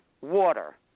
water